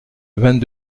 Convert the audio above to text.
vingt